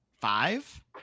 five